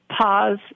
pause